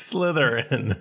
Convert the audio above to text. Slytherin